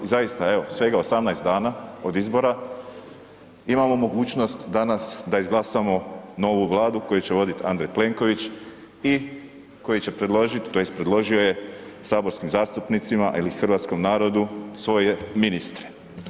I zaista evo svega 18 dana od izbora imamo mogućnost danas da izglasamo novu Vladu koju će voditi Andrej Plenković i koji će predložiti tj. predložio je saborskim zastupnicima ili hrvatskom narodu svoje ministre.